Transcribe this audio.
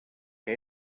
que